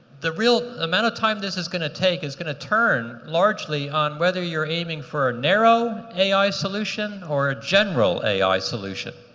real amount of time this is going to take is going to turn largely on whether you're aiming for a narrow ai solution, or general ai solution.